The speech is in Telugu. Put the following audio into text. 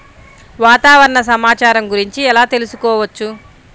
వాతావరణ సమాచారము గురించి ఎలా తెలుకుసుకోవచ్చు?